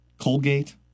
Colgate